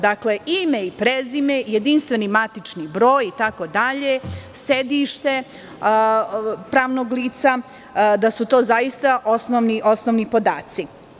Dakle, ime i prezime, jedinstveni matični broj itd, sedište pravnog lica, da su to zaista osnovni podaci.